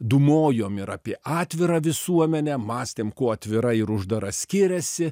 dūmojom ir apie atvirą visuomenę mąstėm kuo atvira ir uždara skiriasi